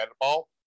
ball